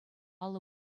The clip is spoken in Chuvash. алӑ